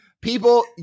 People